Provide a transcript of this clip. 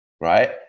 right